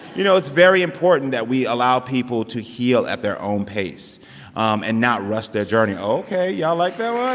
you know, it's very important that we allow people to heal at their own pace um and not rush their journey. ok, y'all like that um